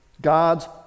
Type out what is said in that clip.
God's